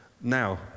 Now